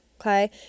Okay